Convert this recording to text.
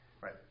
right